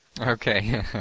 Okay